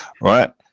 right